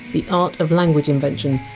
the art of language invention,